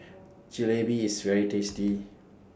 Jalebi IS very tasty